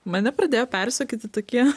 mane pradėjo persekioti tokie